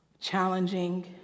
challenging